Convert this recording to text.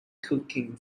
cooking